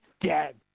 dead